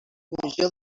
comissió